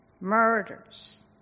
murders